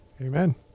Amen